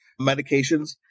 medications